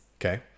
Okay